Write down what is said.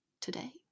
today